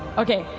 okay,